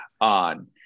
on